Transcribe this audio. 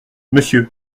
monsieur